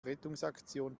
rettungsaktion